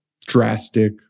drastic